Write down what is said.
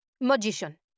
magician